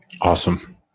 Awesome